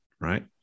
right